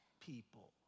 people